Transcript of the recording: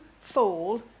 fall